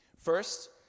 First